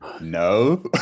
no